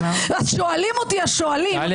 שואלים אותי השואלים --- טלי,